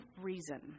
reason